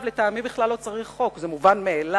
אגב, לטעמי בכלל לא צריך חוק.